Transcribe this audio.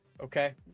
okay